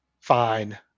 fine